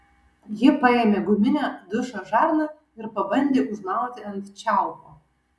ji paėmė guminę dušo žarną ir pabandė užmauti ant čiaupo